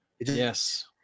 Yes